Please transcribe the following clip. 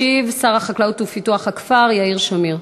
ישיב שר החקלאות ופיתוח הכפר יאיר שמיר.